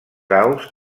aus